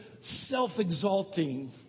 self-exalting